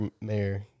mayor